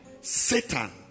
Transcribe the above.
Satan